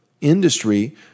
industry